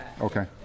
Okay